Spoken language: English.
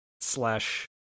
slash